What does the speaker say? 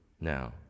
now